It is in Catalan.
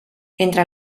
entre